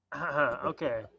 okay